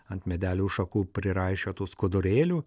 ant medelių šakų priraišiotų skudurėlių